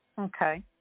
Okay